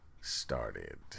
started